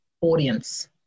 audience